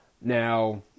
Now